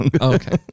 Okay